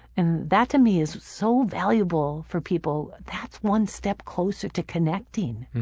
and that, to me, is so valuable for people. that's one step closer to connecting.